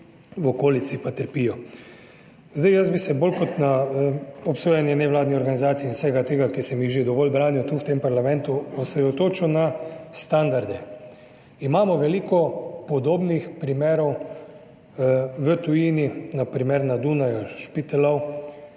v okolici pa trpijo. Jaz bi se bolj kot na obsojanje nevladnih organizacij in vsega tega, ker sem jih že dovolj branil tu v tem parlamentu, osredotočil na standarde. Imamo veliko podobnih primerov v tujini, na primer na Dunaju, Spittelau,